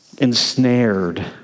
ensnared